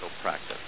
practice